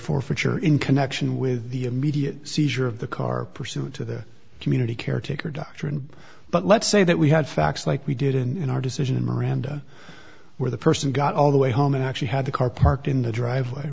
forfeiture in connection with the immediate seizure of the car pursuant to the community caretaker doctrine but let's say that we had facts like we did in our decision in miranda where the person got all the way home and actually had the car parked in the driveway